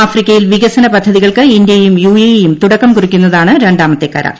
ആഫ്രിക്കയിൽ വികസന പദ്ധതികൾക്ക് ഇന്ത്യയും യു എ ഇ യും തുടക്കും കുറിക്കുന്നതാണ് രണ്ടാമത്തെ കരാർ